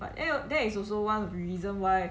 but that that is also one of the reason why